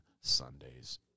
Sundays